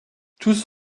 tous